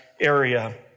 area